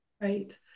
Right